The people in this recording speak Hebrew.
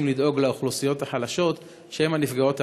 אלא בכל מי שהעז לפקפק באיוולת שהיום התגלתה,